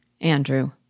Andrew